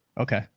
Okay